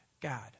God